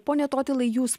pone totilai jūs